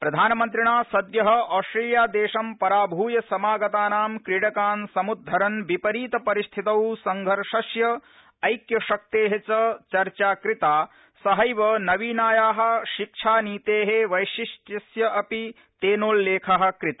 प्रधानमन्त्रिणा सद्य आस्ट्रेलिया देशं पराभ्य समागतानां क्रीडकान् समुद्धरन् विपरीत परिस्थितौ संघर्षस्य ऐक्य शक्ते च चर्चा कृता सहैव नवीनाया शिक्षानीते वैशिष्टयस्य अपि तेन्नोल्लेख कृत